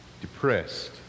depressed